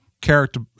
character